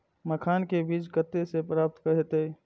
मखान के बीज कते से प्राप्त हैते?